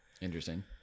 interesting